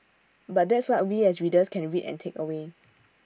but that's what we as readers can read and take away